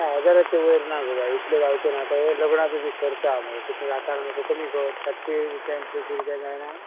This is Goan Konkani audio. हय हजाराचे वयर ना गो बाय इतले जावचें ना आतां हें लग्नाचो बी खर्च आहा मुगो कितें जाता आनी मात्शें कमी कर सातशीं रुपयान सयशीं रुपयान जायना